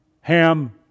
Ham